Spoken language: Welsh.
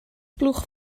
blwch